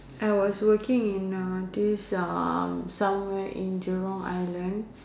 I was working in uh this uh somewhere in Jurong island